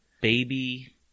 baby